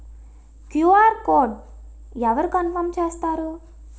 QR code అవరు confirm చేస్తారు?